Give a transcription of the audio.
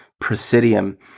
Presidium